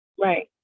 right